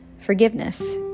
forgiveness